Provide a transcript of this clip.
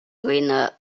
greener